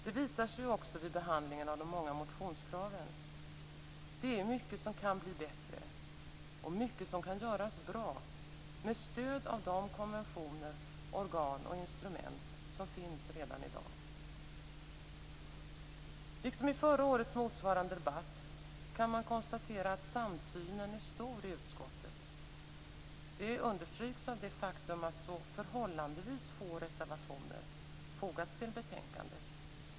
Det visar sig också vid behandlingen av de många motionskraven. Det är mycket som kan bli bättre och mycket som kan göras bra med stöd av de konventioner, organ och instrument som finns redan i dag. Liksom i förra årets motsvarande debatt kan man konstatera att samsynen är stor i utskottet. Det understryks av det faktum att förhållandevis få reservationer fogats till betänkandet.